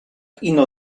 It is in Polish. ino